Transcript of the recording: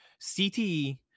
CTE